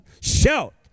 Shout